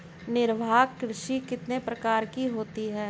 निर्वाह कृषि कितने प्रकार की होती हैं?